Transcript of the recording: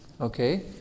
Okay